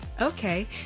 Okay